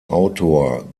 autor